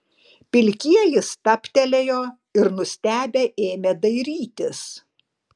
pilkieji stabtelėjo ir nustebę ėmė dairytis